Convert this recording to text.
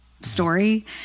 story